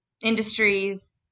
Industries